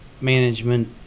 management